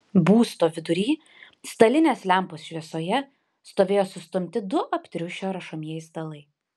būsto vidury stalinės lempos šviesoje stovėjo sustumti du aptriušę rašomieji stalai